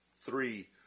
three